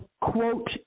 quote